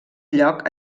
lloc